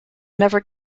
never